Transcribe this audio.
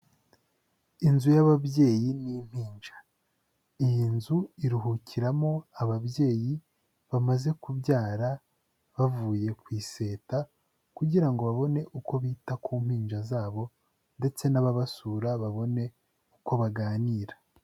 Inzu y'ababyeyi n'impinja iyi nzu iruhukiramo ababyeyi bamaze kubyara bavuye ku iseta, kugira ngo babone uko bita ku mpinja zabo ndetse n'ababasura babone uko baganira.